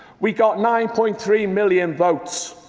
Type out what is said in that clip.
we got nine point three million votes.